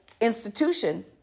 institution